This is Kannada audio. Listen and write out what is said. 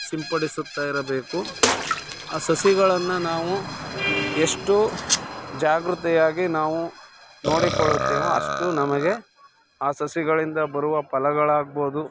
ಸಿಂಪಡಿಸುತ್ತ ಇರಬೇಕು ಆ ಸಸಿಗಳನ್ನು ನಾವು ಎಷ್ಟು ಜಾಗೃತೆಯಾಗಿ ನಾವು ನೋಡಿಕೊಳ್ಳುತ್ತೇವೋ ಅಷ್ಟು ನಮಗೆ ಆ ಸಸಿಗಳಿಂದ ಬರುವ ಫಲಗಳಾಗ್ಬೋದು